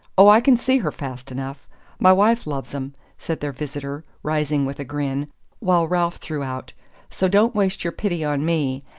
oh, i can see her fast enough my wife loves em, said their visitor, rising with a grin while ralph threw, out so don't waste your pity on me!